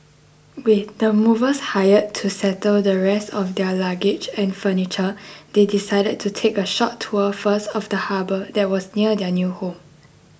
with the movers hired to settle the rest of their luggage and furniture they decided to take a short tour first of the harbour that was near their new home